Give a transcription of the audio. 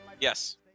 Yes